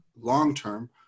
long-term